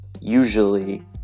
Usually